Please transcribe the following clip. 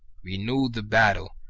renewed the battle,